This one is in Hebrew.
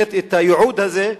שירת את הייעוד הזה,